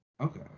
okay